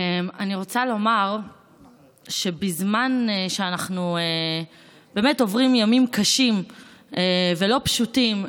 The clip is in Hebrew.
אני רוצה לומר שבזמן שאנחנו באמת עוברים ימים קשים ולא פשוטים,